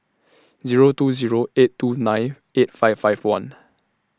Zero two Zero eight two nine eight five five one